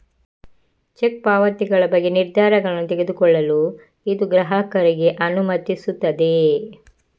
check ಪಾವತಿಗಳ ಬಗ್ಗೆ ನಿರ್ಧಾರಗಳನ್ನು ತೆಗೆದುಕೊಳ್ಳಲು ಇದು ಗ್ರಾಹಕರಿಗೆ ಅನುಮತಿಸುತ್ತದೆ